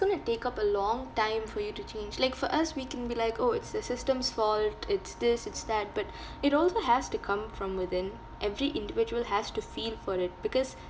going to take up a long time for you to change like for us we can be like orh it's the system's fault it's this it's that but it also has to come from within every individual has to feel for it because